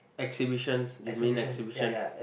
exhibitions you mean exhibition